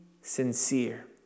sincere